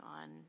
on